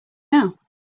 now